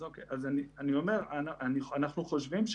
ככה הנושא נשאר